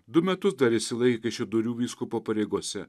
du metus dar išsilaikė kaišiadorių vyskupo pareigose